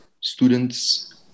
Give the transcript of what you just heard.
students